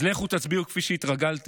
אז לכו תצביעו כפי שהתרגלתם.